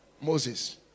Moses